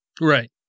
Right